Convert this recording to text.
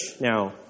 now